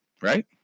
right